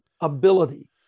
ability